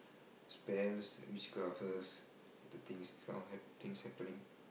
spells witch curses some things some things happening